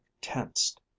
tensed